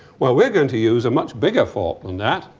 while we're going to use a much bigger fork than that.